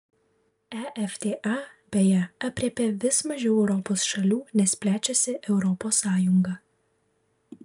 efta beje aprėpia vis mažiau europos šalių nes plečiasi europos sąjunga